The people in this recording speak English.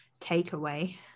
takeaway